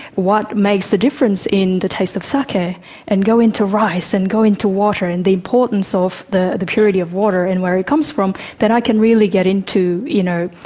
what makes the difference in the taste of sake? and go into rice, and go into water and the importance of the the purity of water and where it comes from, then i can really get into, you know,